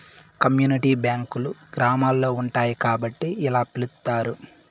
community బ్యాంకులు గ్రామాల్లో ఉంటాయి కాబట్టి ఇలా పిలుత్తారు